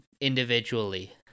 individually